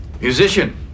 Musician